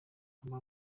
humble